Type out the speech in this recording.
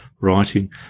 writing